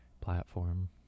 platform